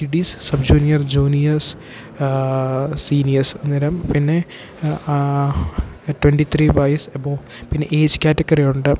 kiddies sub junior juniors seniors അന്നേരം പിന്നെ twenty three വയസ്സ് എബോവ് പിന്നെ ഏജ് കാറ്റഗറിയുണ്ട്